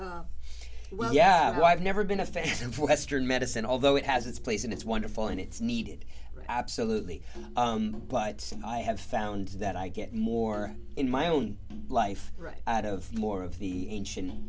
holistic well yeah i've never been a fan of western medicine although it has its place and it's wonderful and it's needed absolutely but i have found that i get more in my own life right out of more of the ancient